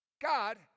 God